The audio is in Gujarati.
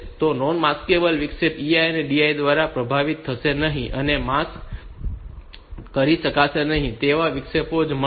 તેથી નોન માસ્કેબલ વિક્ષેપ EI અને DI દ્વારા પ્રભાવિત થશે નહીં અને માત્ર માસ્ક કરી શકાય તેવા વિક્ષેપોને જ મળશે